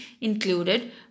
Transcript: included